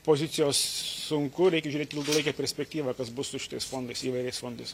pozicijos sunku reikia žiūrėt į ilgalaikę perspektyvą kas bus su šitais fondais įvairiais fondais